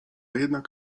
jednak